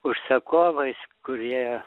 užsakovais kurie